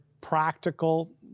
practical